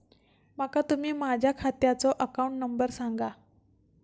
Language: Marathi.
माका तुम्ही माझ्या खात्याचो अकाउंट नंबर सांगा?